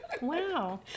Wow